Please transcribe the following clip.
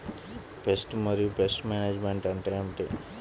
Pest మరియు pest management అంటే ఏమిటి?